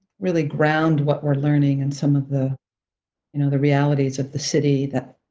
really ground what we're learning in some of the you know the realities of the city that,